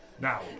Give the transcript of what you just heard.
now